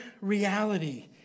reality